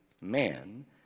man